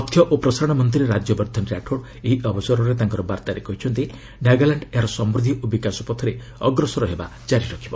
ତଥ୍ୟ ଓ ପ୍ରସାରଣ ମନ୍ତ୍ରୀ ରାଜ୍ୟବର୍ଦ୍ଧନ ରାଠୋଡ ଏହି ଅବସରରେ ତାଙ୍କ ବାର୍ତ୍ତାରେ କହିଛନ୍ତି ନାଗାଲାଣ୍ଡ ଏହାର ସମୃଦ୍ଧି ଓ ବିକାଶ ପଥରେ ଅଗ୍ରସର ହେବା ଜାରି ରଖିବ